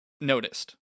noticed